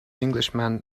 englishman